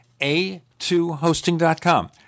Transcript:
A2Hosting.com